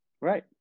right